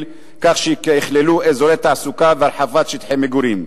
כך שיכללו אזורי תעסוקה והרחבת שטחי מגורים.